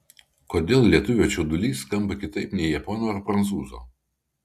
kodėl lietuvio čiaudulys skamba kitaip nei japono ar prancūzo